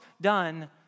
done